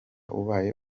ubaye